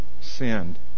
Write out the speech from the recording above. sinned